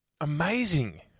amazing